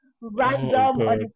random